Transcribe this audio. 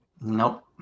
Nope